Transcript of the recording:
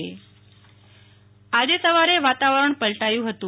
નેહ્લ ઠક્કર હવામાન આજે સવારે વાતાવરણ પલટાયું હતું